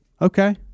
Okay